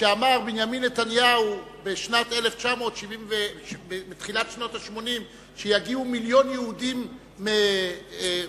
כשאמר בנימין נתניהו בתחילת שנות ה-80 שיגיעו מיליון יהודים מרוסיה,